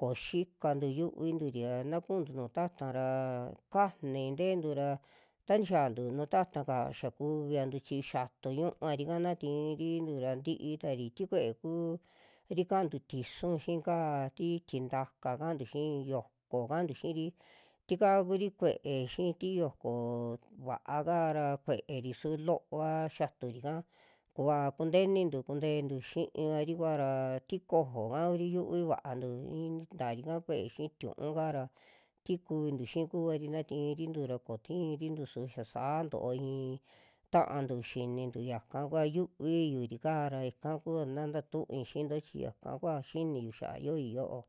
koxikantu yu'uvinturia na kuntu nuu ta'ta ra kajni nteentu ra ta nixiantu nu ta'taka xa kuviantu chi xiatu ñuuvarika na tirintu ra ntii tari, ti kue'e kuu ri kaantu tisu xiika, ti tiintuaka kantu xii, yo'ko kantu xiiri tika kuri kue'e xii ti yo'ko vaa kaara kue'eri su loova xiaturika kuva kuntenintu kunteentu xi'ivari kuara, ti kojoka kuri yuvi vaantu i'in taarika kue'e xii tiñu'u kaara, tikuvintu xii kuvari na ti'irintu ra koo ti'irintu su xa saa nto'o ii'i ta'antu xintu yaka kua yuvi yuri kaara, ika kua na ntau'ui xiinto chi yaka kua xiniyo xa'a yioi yo'o.